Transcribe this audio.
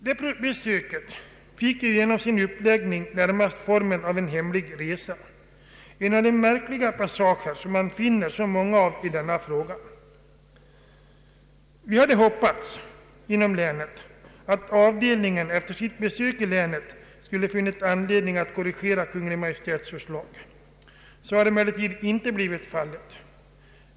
Det besöket fick genom sin uppläggning närmast formen av en hemlig resa, en av de märkliga passager som man finner så många av i denna fråga. Vi hade hoppats inom lä net att avdelningen efter sitt besök skul le ha funnit anledning att korrigera Kungl. Maj:ts förslag. Så har emellertid inte blivit fallet.